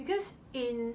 because in